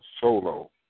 solo